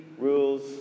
rules